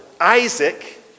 Isaac